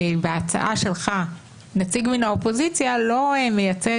בהצעה שלך נציג מן האופוזיציה לא מייצרת